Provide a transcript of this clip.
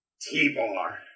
T-Bar